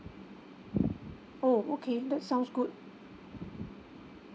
oh okay that sounds good